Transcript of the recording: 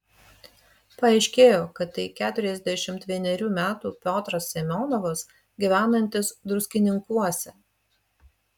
paaiškėjo kad tai keturiasdešimt vienerių metų piotras semionovas gyvenantis druskininkuose